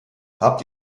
habt